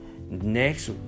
next